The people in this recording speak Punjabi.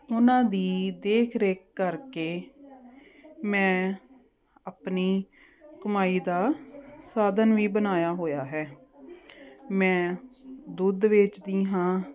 ਉਹਨਾਂ ਦੀ ਦੇਖ ਰੇਖ ਕਰਕੇ ਮੈਂ ਆਪਣੀ ਕਮਾਈ ਦਾ ਸਾਧਨ ਵੀ ਬਣਾਇਆ ਹੋਇਆ ਹੈ ਮੈਂ ਦੁੱਧ ਵੇਚਦੀ ਹਾਂ